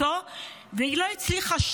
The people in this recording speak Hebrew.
והיא לא הצליחה.